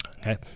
Okay